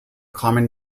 common